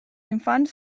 infants